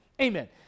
amen